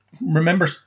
remember